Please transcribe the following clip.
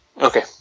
Okay